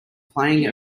playing